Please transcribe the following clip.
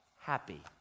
happy